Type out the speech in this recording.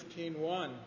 15.1